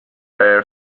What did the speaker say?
air